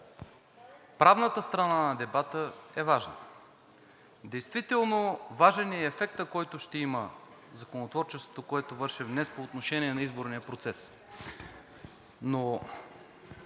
правната страна на дебата е важна. Действително важен е и ефектът, който ще има законотворчеството, което вършим днес по отношение на изборния процес.